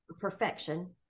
perfection